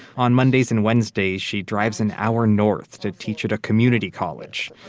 on mondays and wednesdays, she drives an hour north to teach at a community college.